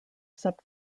sub